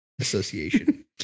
association